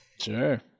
Sure